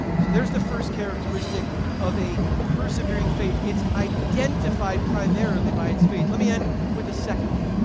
so there's the first characteristic of a persevering faith it's identified primarily by its faith. let me end with the second one.